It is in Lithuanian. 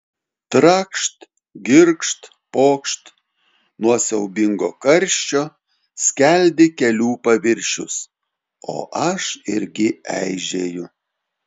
trakšt girgžt pokšt nuo siaubingo karščio skeldi kelių paviršius o aš irgi eižėju